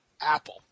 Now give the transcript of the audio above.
Apple